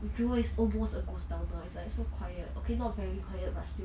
jewel is also almost a ghost town now it's like so quiet okay not very quiet but still